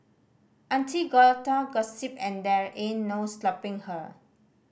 auntie gotta gossip and there in no stopping her